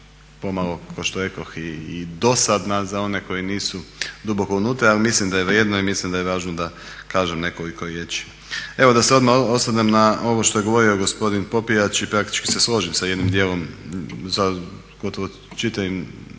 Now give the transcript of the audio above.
pomalo kao što rekoh i dosadna za one koji nisu duboko unutra. Ali, mislim da je važno da kažem nekoliko riječi. Evo da se odmah osvrnem na ono što je govorio gospodin Popijač i praktički se složim sa jednim dijelom, sa gotovo čitavom